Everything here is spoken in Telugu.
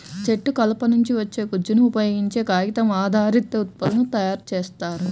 చెట్టు కలప నుంచి వచ్చే గుజ్జును ఉపయోగించే కాగితం ఆధారిత ఉత్పత్తులను తయారు చేస్తారు